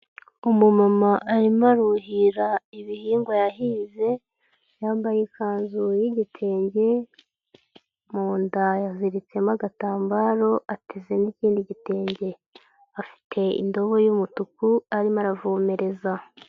Umumama arimo aruhira ibihingwa yahinze yambaye ikanzu y'igitenge, mu nda yaziritsemo agatambaro ateze n'ikindi gitenge, afite indobo y'umutuku arimo aravomereza.